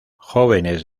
jóvenes